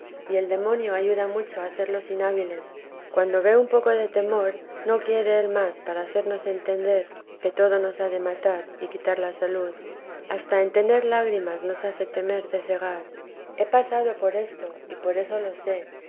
y el demonio ayuda mucho a hacerlos inhábiles cuando ve un poco de temor no quiere él más para hacernos entender que todo nos ha de matar y quitar la salud hasta en tener lágrimas teresa de jesús nos hace temer de cegar he pasado por esto y por eso lo sé